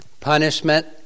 punishment